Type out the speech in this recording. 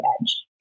edge